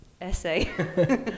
essay